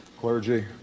clergy